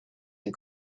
and